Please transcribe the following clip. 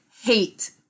hate